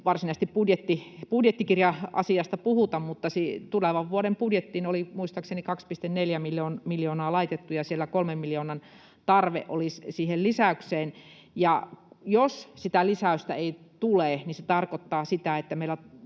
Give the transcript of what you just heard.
ei varsinaisesti budjettikirja-asiasta puhuta, että kun tulevan vuoden budjettiin oli muistaakseni 2,4 miljoonaa laitettu ja siellä 3 miljoonan tarve olisi siihen lisäykseen, ja jos sitä lisäystä ei tule, niin se tarkoittaa sitä,